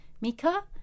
Mika